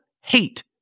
hate